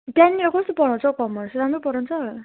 त्यहाँनिर कस्तो पढाउँछ हौ कमर्स राम्रो पढाउँछ